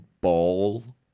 Ball